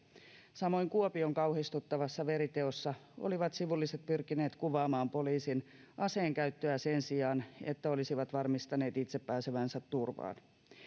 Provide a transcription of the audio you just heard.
samoin kuopion kauhistuttavassa veriteossa olivat sivulliset pyrkineet kuvaamaan poliisin aseenkäyttöä sen sijaan että olisivat varmistaneet itse pääsevänsä turvaan